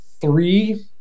three